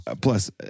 plus